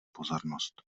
pozornost